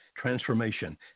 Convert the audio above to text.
transformation